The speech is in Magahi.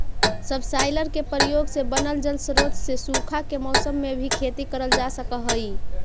सबसॉइलर के प्रयोग से बनल जलस्रोत से सूखा के मौसम में भी खेती करल जा सकऽ हई